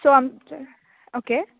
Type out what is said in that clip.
so आमचे okay